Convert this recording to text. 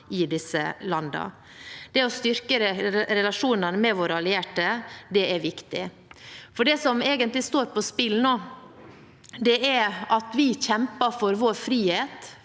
i disse landene. Det å styrke relasjonene med våre allierte er viktig. Det som egentlig står på spill nå, er at vi kjemper for vår frihet,